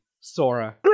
Sora